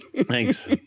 Thanks